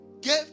Give